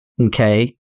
okay